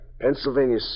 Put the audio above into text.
Pennsylvania